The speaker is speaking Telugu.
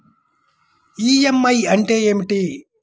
ఈ.ఎం.ఐ అంటే ఏమిటి?